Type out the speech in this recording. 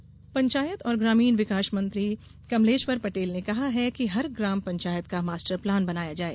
कमलेश्वर पटेल पंचायत और ग्रामीण विकास मंत्री कमलेश्वर पटेल ने कहा है कि हर ग्राम पंचायत का मास्टर प्लान बनाया जाए